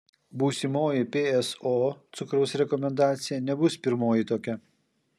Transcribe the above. būsimoji pso cukraus rekomendacija nebus pirmoji tokia